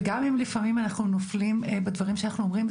וגם אם לפעמים אנחנו נופלים בדברים שאנחנו אומרים,